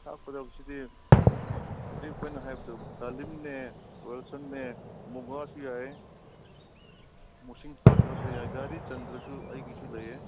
ꯍꯥꯞꯀꯗꯧꯕꯁꯤꯗꯤ ꯍꯧꯖꯤꯛ ꯑꯩꯈꯣꯏꯅ ꯍꯥꯏꯕꯗꯣ ꯗꯥꯂꯤꯝꯅꯦ ꯋꯤꯜꯁꯟꯅꯦ ꯕꯨꯡꯉꯣꯁꯨ ꯌꯥꯏ ꯃꯣꯁꯤꯟꯐꯥꯁꯨ ꯍꯥꯞꯄ ꯌꯥꯏ ꯒꯥꯔꯤ ꯆꯟꯗ꯭ꯔꯁꯨ ꯑꯩꯒꯤꯁꯨ ꯂꯩꯌꯦ